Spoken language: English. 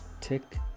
Tick